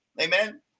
amen